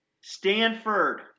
Stanford